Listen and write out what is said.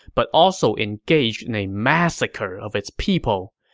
but also engaged in a massacre of its people.